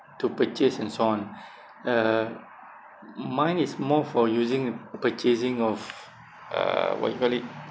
to purchase and so on uh mine is more for using purchasing of uh what you call it